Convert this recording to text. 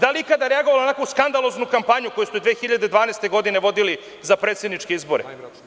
Da li je ikada reagovala na onako skandaloznu kampanju koju ste 2012. godine vodili za predsedničke izbore?